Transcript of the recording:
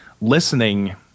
listening